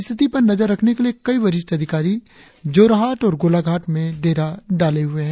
स्थिति पर नजर रखने के लिए कई वरिष्ठ अधिकारी जोरहाट और गोलाघाट में डेरा डाले हुए है